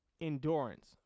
endurance